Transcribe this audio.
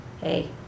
Hey